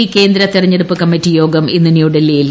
BJP കേന്ദ്ര തെരഞ്ഞെടുപ്പ് കുമ്മിറ്റിയോഗം ഇന്ന് ന്യൂഡൽഹിയിൽ